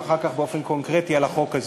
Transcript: ואחר כך באופן קונקרטי על החוק הזה.